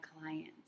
clients